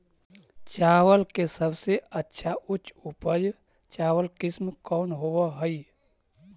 चावल के सबसे अच्छा उच्च उपज चावल किस्म कौन होव हई?